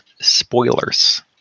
Spoilers